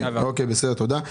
תודה.